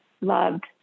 loved